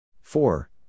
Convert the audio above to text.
four